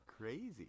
crazy